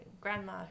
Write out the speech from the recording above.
grandma